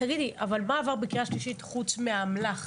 מה עבר בקריאה השלישית חוץ מהאמל"ח?